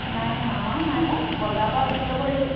নাই ন আমাৰো নাই পায় বজাৰৰ পৰা কিনি ল'ব লাগিব